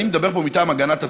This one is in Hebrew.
אני מדבר פה מטעם הגנת הצרכן,